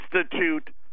Institute